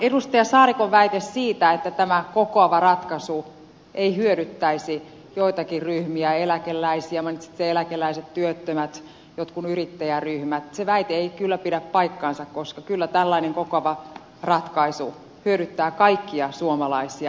edustaja saarikon väite siitä että tämä kokoava ratkaisu ei hyödyttäisi joitakin ryhmiä mainitsitte eläkeläiset työttömät jotkut yrittäjäryhmät ei kyllä pidä paikkaansa koska kyllä tällainen kokoava ratkaisu hyödyttää kaikkia suomalaisia